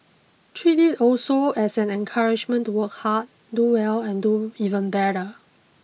treat it also as an encouragement to work hard do well and do even better